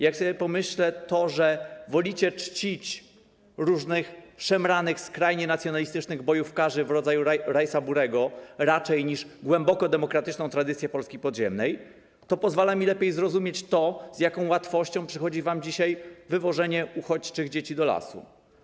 Jak sobie pomyślę, że wolicie raczej czcić różnych szemranych, skrajnie nacjonalistycznych bojówkarzy w rodzaju Rajsa „Burego” niż głęboko demokratyczną tradycję Polski podziemnej, to pozwala mi lepiej zrozumieć to, z jaką łatwością przychodzi wam dzisiaj wywożenie uchodźczych dzieci do lasu.